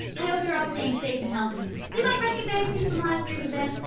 i hope you're all staying safe and healthy. you might recognize me from last year's event.